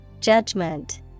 Judgment